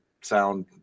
sound